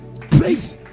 Praise